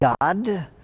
God